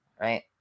Right